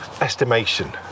estimation